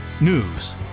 News